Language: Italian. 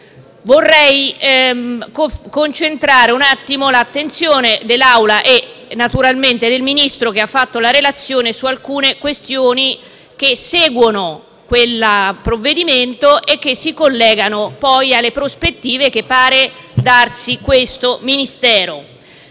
concentrare l'attenzione dell'Aula e naturalmente del Ministro, che ha svolto la relazione, su alcune questioni che seguono quel provvedimento e che si collegano poi alle prospettive che pare darsi questo Ministero.